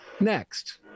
next